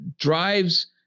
drives